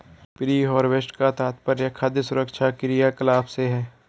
pre harvest का तात्पर्य खाद्य सुरक्षा क्रियाकलाप से है